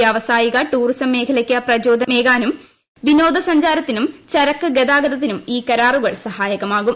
വ്യാവസായിക ടൂറിസം മേഖലയ്ക്ക് പ്രചോദനമേകാനും വിനോദ സഞ്ചാരത്തിനും ചരക്ക് ഗതാഗതത്തിനും ഈ കരാറുകൾ സഹാകമാകും